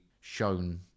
shown